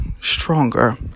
stronger